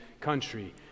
country